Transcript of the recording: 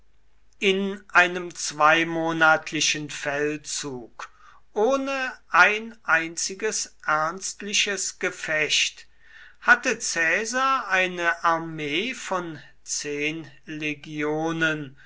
in einem zweimonatlichen feldzug ohne ein einziges ernstliches gefecht hatte caesar eine armee von zehn legionen